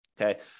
okay